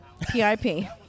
P-I-P